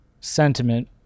sentiment